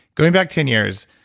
going back ten years,